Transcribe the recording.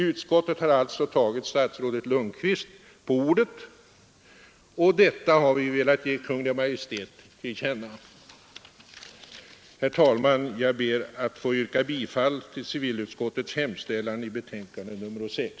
Utskottet har alltså tagit statsrådet Lundkvist på ordet, och detta har vi velat ge Kungl. Maj:t till känna. Herr talman! Jag ber att få yrka bifall till civilutskottets hemställan i betänkandet nr 6.